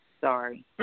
Sorry